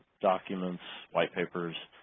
documents, white papers,